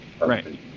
right